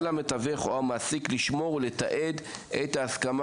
על המתווך או המעסיק לשמור ולתעד את ההסכמה